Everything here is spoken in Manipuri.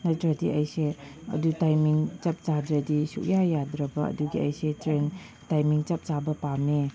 ꯅꯠꯇ꯭ꯔꯗꯤ ꯑꯩꯁꯦ ꯑꯗꯨ ꯇꯥꯏꯃꯤꯡ ꯆꯞ ꯆꯥꯗ꯭ꯔꯗꯤ ꯁꯨꯡꯌꯥ ꯌꯥꯗ꯭ꯔꯕ ꯑꯗꯨꯒꯤ ꯑꯩꯁꯦ ꯇ꯭ꯔꯦꯟ ꯇꯥꯏꯃꯤꯡ ꯆꯞ ꯆꯥꯕ ꯄꯥꯝꯃꯦ